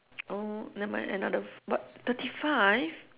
oh never mind another but thirty five